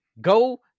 Go